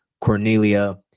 Cornelia